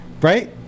Right